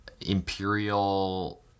imperial